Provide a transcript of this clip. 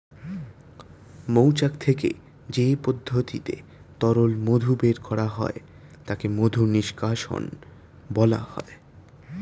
মৌচাক থেকে যে পদ্ধতিতে তরল মধু বের করা হয় তাকে মধু নিষ্কাশণ বলা হয়